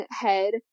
head